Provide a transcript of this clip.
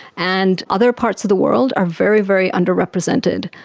and other parts of the world are very, very underrepresented.